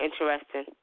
Interesting